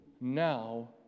now